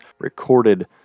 recorded